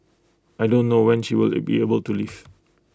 I don't know when she will be able to leave